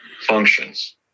functions